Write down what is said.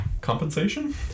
Compensation